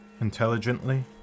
intelligently